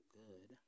good